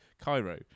Cairo